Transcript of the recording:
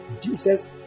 Jesus